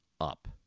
up